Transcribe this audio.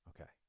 okay